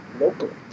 locally